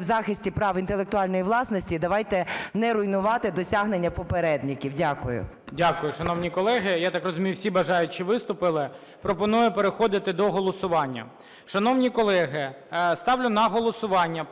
в захисті прав інтелектуальної власності. Давайте не руйнувати досягнення попередників. Дякую. ГОЛОВУЮЧИЙ. Дякую. Шановні колеги, я так розумію, всі бажаючі виступили. Пропоную переходити до голосування. Шановні колеги, ставлю на голосування